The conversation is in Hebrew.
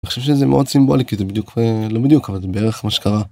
אני חושב שזה מאוד סימבולי כי זה בדיוק לא בדיוק אבל זה בערך מה שקרה.